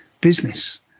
business